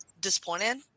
disappointed